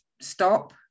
stop